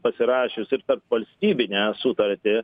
pasirašius ir tarpvalstybinę sutartį